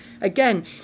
again